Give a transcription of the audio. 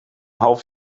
half